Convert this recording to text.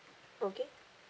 okay